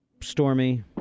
stormy